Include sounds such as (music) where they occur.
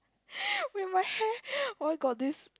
(laughs) wait my hair oh my god this